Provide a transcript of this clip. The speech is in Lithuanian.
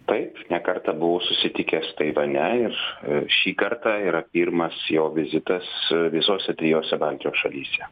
taip ne kartą buvau susitikęs taivane ir šį kartą yra pirmas jo vizitas visose trijose baltijos šalyse